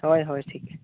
ᱦᱳᱭ ᱦᱳᱭ ᱴᱷᱤᱠ